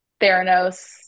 Theranos